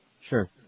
Sure